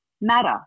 matter